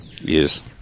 Yes